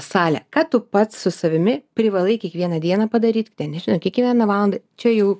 salę ką tu pats su savimi privalai kiekvieną dieną padaryti ten nežinau kiekvieną valandą čia jau